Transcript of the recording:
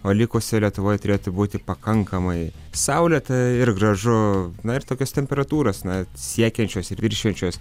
o likusioj lietuvoj turėtų būti pakankamai saulėta ir gražu na ir tokios temperatūros na siekiančios ir viršijančios